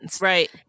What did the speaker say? right